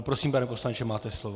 Prosím, pane poslanče, máte slovo.